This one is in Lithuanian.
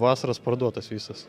vasaros parduotos visos